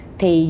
Thì